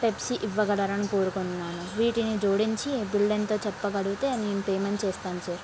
Pepsi ఇవ్వగలరని కోరుకుంటున్నాను వీటిని జోడించి బిల్ ఎంతో చెప్పగలిగితే నేను పేమెంట్ చేస్తాను సార్